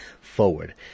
forward